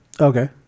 Okay